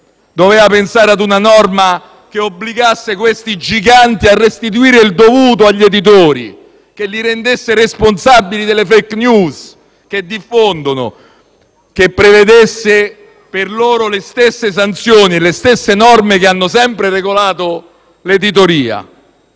doveva pensare ad una norma che obbligasse questi giganti a restituire il dovuto agli editori, che li rendesse responsabili delle *fake news* che diffondono, che prevedesse per loro le stesse sanzioni e le stesse norme che hanno sempre regolato l'editoria.